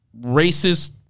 racist